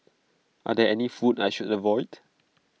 are there any foods I should avoid